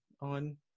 on